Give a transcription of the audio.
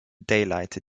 daylight